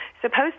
supposed